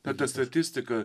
bet ta statistika